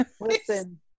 Listen